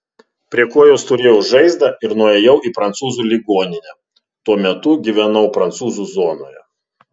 prie kojos turėjau žaizdą ir nuėjau į prancūzų ligoninę tuo metu gyvenau prancūzų zonoje